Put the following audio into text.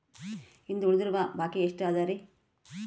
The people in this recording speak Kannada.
ಇಂದು ಉಳಿದಿರುವ ಬಾಕಿ ಎಷ್ಟು ಅದರಿ?